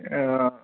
অ